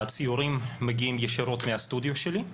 הציורים מגיעים ישירות מהסטודיו שלי.